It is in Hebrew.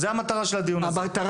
זו המטרה של הדיון הזה.